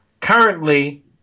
Currently